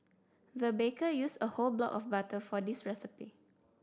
the baker used a whole block of butter for this recipe